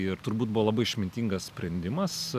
ir turbūt buvo labai išmintingas sprendimas